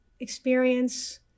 experience